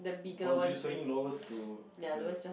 what were you saying lowest to highest